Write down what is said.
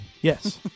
Yes